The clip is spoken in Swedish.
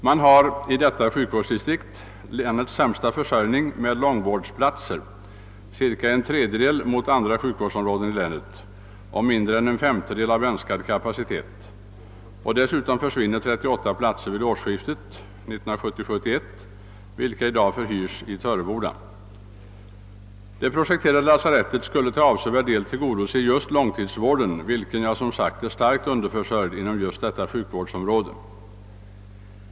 Man har i detta sjukvårdsdistrikt länets sämsta försörjning med långvårdsplatser, cirka en tredjedel av vad andra sjukvårdsområden i länet har och mindre än en femtedel av önskad kapacitet. Dessutom försvinner 38 platser vid årsskiftet 1970— 1971, vilka i dag förhyrs i Töreboda. Det projekterade lasarettet skall till avsevärd del tillgodose just långtidsvården, vilken, som jag har sagt, är starkt underförsörjd inom just detta sjukvårdsområde.